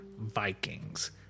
Vikings